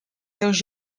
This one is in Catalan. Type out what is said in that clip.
teus